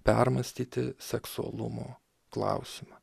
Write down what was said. permąstyti seksualumo klausimą